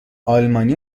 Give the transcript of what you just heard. آلمانی